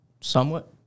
Somewhat